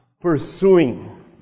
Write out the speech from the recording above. pursuing